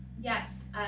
Yes